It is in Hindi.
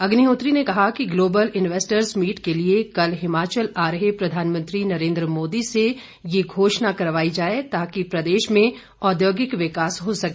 अग्निहोत्री ने कहा कि ग्लोबल इन्वेस्टर्स मीट के लिए कल हिमाचल आ रहे प्रधानमंत्री नरेंद्र मोदी से ये घोषणा करवाई जाए ताकि प्रदेश में औद्योगिक विकास हो सके